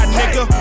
nigga